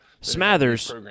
Smathers